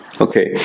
okay